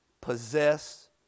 possess